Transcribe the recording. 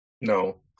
no